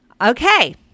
Okay